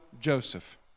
Joseph